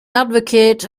advocate